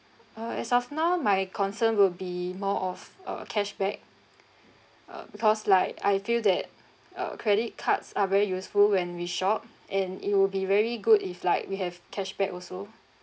uh as of now my concern would be more of uh cashback uh because like I feel that uh credit cards are very useful when we shop and it will be very good if like we have cashback also